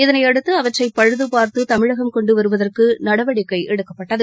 இதனையடுத்து அவற்றை பழுதபா்த்து தமிழகம் கொண்டு வருவதற்கு நடவடிக்கை எடுக்கப்பட்டது